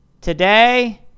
today